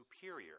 superior